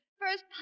First